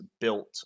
built